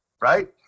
right